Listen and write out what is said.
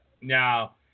Now